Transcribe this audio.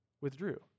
withdrew